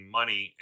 money